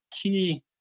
key